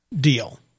deal